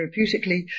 Therapeutically